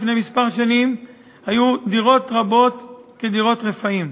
לפני כמה שנים היו דירות רבות כדירות רפאים,